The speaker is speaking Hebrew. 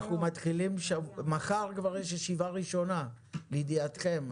מחר כבר יש ישיבה ראשונה, לידיעתכם.